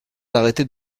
arrêtés